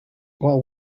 while